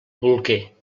bolquer